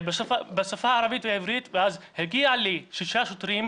בשפה העברית והערבית ואז הגיעו אלי שישה שוטרים,